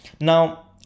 Now